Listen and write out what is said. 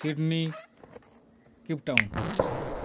Sydney Cape Town